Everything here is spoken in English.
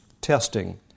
testing